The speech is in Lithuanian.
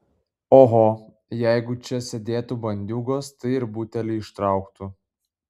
oho jeigu čia sėdėtų bandiūgos tai ir butelį ištrauktų